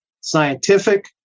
scientific